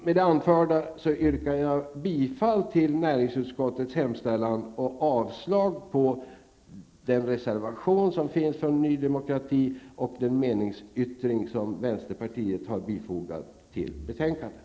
Med det anförda yrkar jag bifall till utskottets hemställan och avslag på reservationen från Ny Demokrati. Jag avvisar också den meningsyttring som vänsterpartiet har fogat till betänkandet.